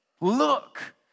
Look